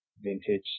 vintage